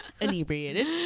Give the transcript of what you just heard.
inebriated